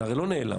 זה הרי לא נעלם.